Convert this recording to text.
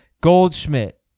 Goldschmidt